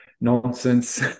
nonsense